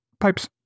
pipes